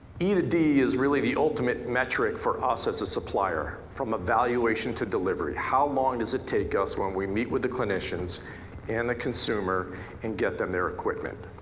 e two d is really the ultimate metric for us as a supplier. from evaluation to delivery. how long does it take us when we meet with the clinicians and the consumer and get them their equipment?